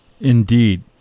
Indeed